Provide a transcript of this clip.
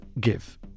give